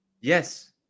Yes